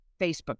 Facebook